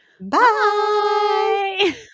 Bye